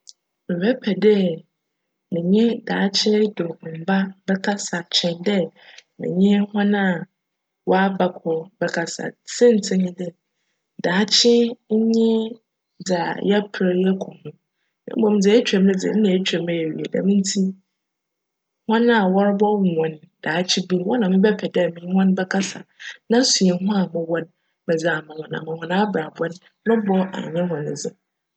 Mebjpj dj menye daakye mba bjkasa kyjn dj menye hcn a wcaba kc bjkasa. Siantsir nye dj, daakye nye dza yjper kohu mbom dza etwa mu dze, nna etwa mu ewie djm ntsi hcn a wcrobcwo hcn daakye bi no, hcn na mebjpj dj menye hcn bjkasa na suahu a mowc no, medze ama hcn ama hcn abrabc no, no bc annyj hcn dzen.